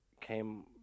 came